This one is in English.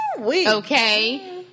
Okay